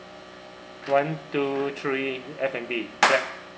one two three F&B clap